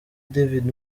david